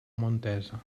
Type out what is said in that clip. montesa